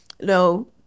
no